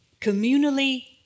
communally